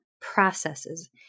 processes